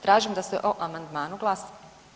Tražim da se o amandmanu glasa.